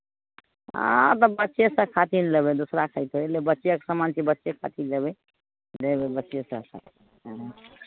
हँ तऽ बच्चे सभ खातिर ने लेबै दूसरा खातिर लेबै बच्चेके सामान छै बच्चे खातिर लेबै बच्चेसभ